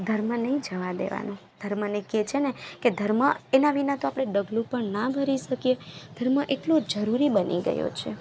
પણ ધર્મ નહીં જવા દેવાનો ધર્મને કે છે ને કે ધર્મ એના વિના તો આપણે ડગલું પણ ના ભરી શકીએ ધર્મ એટલો જરૂરી બની ગયો છે